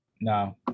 No